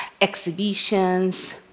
exhibitions